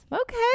Okay